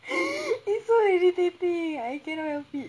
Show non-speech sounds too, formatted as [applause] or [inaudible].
[breath] it's so irritating I cannot help it